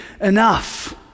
enough